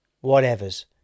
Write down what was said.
whatever's